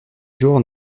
jour